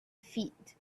feet